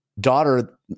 daughter